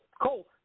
Cool